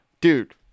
Dude